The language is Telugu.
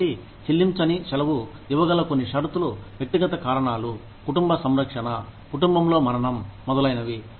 కాబట్టి చెల్లించని సెలవు ఇవ్వగల కొన్ని షరతులు వ్యక్తిగత కారణాలు కుటుంబ సంరక్షణ కుటుంబంలో మరణం మొదలైనవి